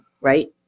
right